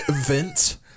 Vince